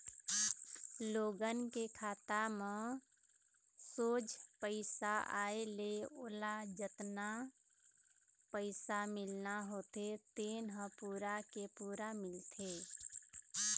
लोगन के खाता म सोझ पइसा आए ले ओला जतना पइसा मिलना होथे तेन ह पूरा के पूरा मिलथे